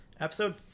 episode